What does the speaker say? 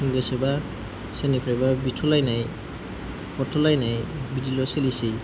गोसोबा सोरनिफ्रायबा बिथ'लायनाय हरथ'लायनाय बिदिल' सोलिसै